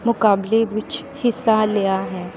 ਮੁਕਾਬਲੇ ਵਿੱਚ ਹਿੱਸਾ ਲਿਆ ਹੈ